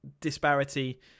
disparity